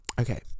Okay